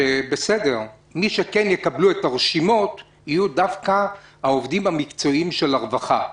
שמי שכן יקבלו את הרשימות יהיו דווקא העובדים המקצועיים של הרווחה?